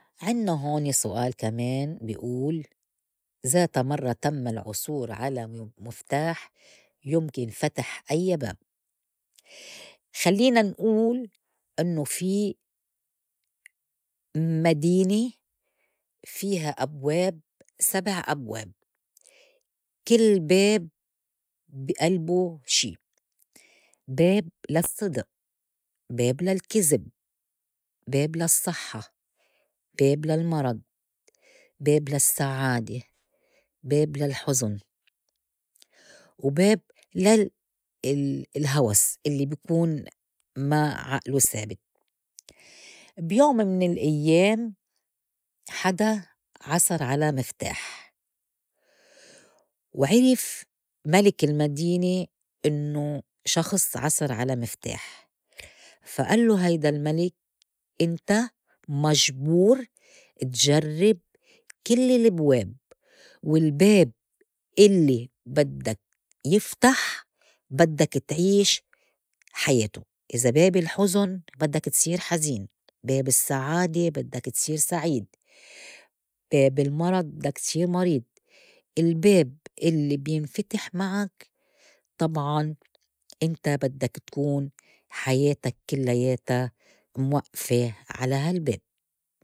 عنّا هون سؤال كمان بي أول ذات مرّة تم العثور على م- مُفتاح يُمْكن فتح أيّا باب خلّينا نقول إنّو في مدينة فيها أبواب سبع أبواب كل باب بي البو شي، باب للصدق، باب للكذب، باب للصحّة، باب للمرض، باب للسّعادة، باب للحزن، وباب لل- الهوس اللّي بيكون ما عقله سابت. بيوم من الأيّام حدا عثر على مفتاح وعِرف ملك المدينة إنّو شخص عثر على مفتاح، فا الّو هيدا الملك انت مجبور تجرّب كل البواب والباب اللّي بدّك يفتح بدّك تعيش حياته، إذا باب الحزن بدّك تصير حزين، باب السّعادة بدّك تصير سعيد، باب المرض بدّك تصير مريض، الباب اللّي بينفتِح معك طبعاً انت بدّك تكون حياتك كلّياتها موقْفة على هال باب.